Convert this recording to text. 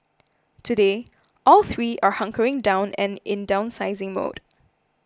today all three are hunkering down and in downsizing mode